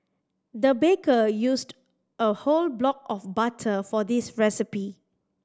the baker used a whole block of butter for this recipe